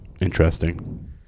Interesting